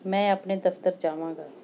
ਮੈਂ ਆਪਣੇ ਦਫ਼ਤਰ ਜਾਵਾਂਗਾ